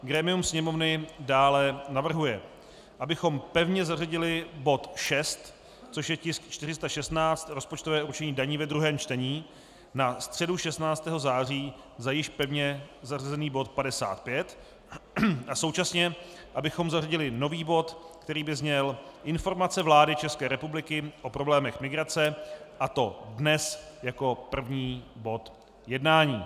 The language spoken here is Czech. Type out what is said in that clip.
Grémium Sněmovny dále navrhuje, abychom pevně zařadili bod 6, což je tisk 416, rozpočtové určení daní ve druhém čtení, na středu 16. září za již pevně zařazený bod 55 a současně abychom zařadili nový bod, který by zněl Informace vlády České republiky o problémech migrace, a to dnes jako první bod jednání.